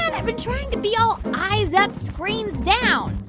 i've been trying to be all eyes up, screens down.